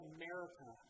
America